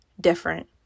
different